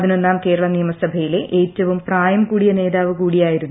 പതിനൊന്നാം കേരള നിയമ്സഭയിലെ ഏറ്റവും പ്രായം കൂടിയ നേതാവു കൂടിയായിരുന്നു ്ഥാർരിയമ്മ